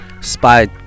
Spy